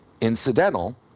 incidental